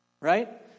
Right